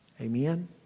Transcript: Amen